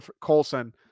Colson